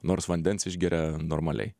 nors vandens išgeria normaliai